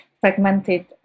fragmented